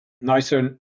nicer